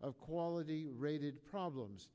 of quality rated problems